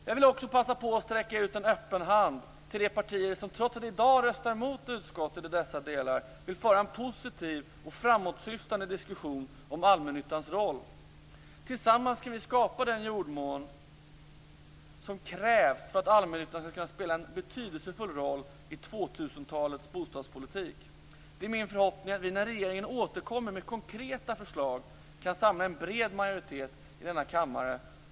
Jag vill också passa på att sträcka ut en öppen hand till de partier som trots att de i dag röstar mot utskottet i dessa delar vill föra en positiv och framåtsyftande diskussion om allmännyttans roll. Tillsammans kan vi skapa den jordmån som krävs för att allmännyttan skall kunna spela en betydelsefull roll i 2000-talets bostadspolitik. Det är min förhoppning att vi, när regeringen återkommer med konkreta förslag, kan samla en bred majoritet i denna kammare.